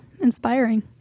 inspiring